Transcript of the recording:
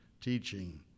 Teaching